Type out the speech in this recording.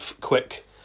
quick